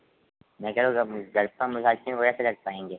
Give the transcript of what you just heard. मैं कह रहा हूँ घर पे हम उस आइसक्रीम को कैसे रख पाएंगे